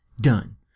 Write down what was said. done